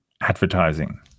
advertising